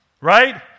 Right